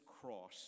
cross